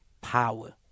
power